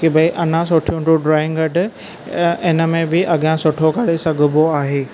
कि भई अञा सुठियूं तूं ड्रॉइंग कढु ऐं इन में बि अॻियां सुठो करे सघिबो आहे